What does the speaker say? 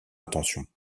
attention